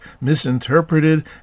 misinterpreted